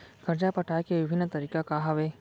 करजा पटाए के विभिन्न तरीका का हवे?